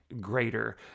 greater